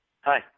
Hi